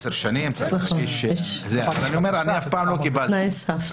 יש תנאי סף.